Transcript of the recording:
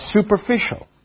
superficial